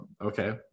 Okay